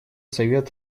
совет